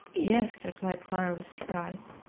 yes, replied clara, with surprise.